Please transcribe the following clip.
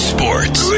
Sports